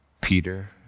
Peter